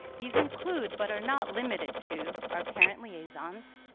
these include, but are not limited to, our parent liaisons,